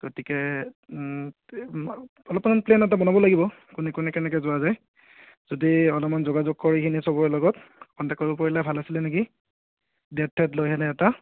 গতিকে অলপমান প্লেন এটা বনাব লাগিব কোনে কোনে কেনেকৈ যোৱা যায় যদি অলপমান যোগাযোগ কৰিকিনে সবৰে লগত কণ্টেক্ট কৰিব পাৰিলে ভাল আছিলে নেকি ডেট চেত লৈ হেনে এটা